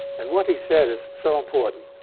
and what he said is so important.